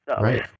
Right